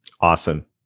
Awesome